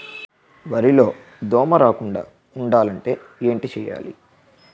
వరిలో దోమ రాకుండ ఉండాలంటే ఏంటి చేయాలి?